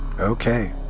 Okay